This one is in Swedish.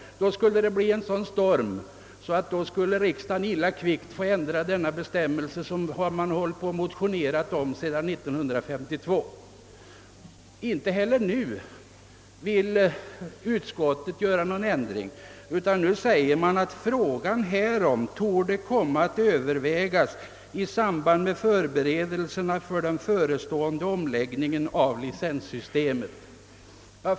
Detta skulle väcka en sådan storm, att riksdagen illa kvickt skulle få ändra denna bestämmelse, om vars borttagande man har motionerat sedan 1952. Inte heller nu vill utskottet föreslå nå gon ändring utan säger att frågan »torde komma att övervägas i samband med förberedelserna för den förestående omläggningen av licenssystemet».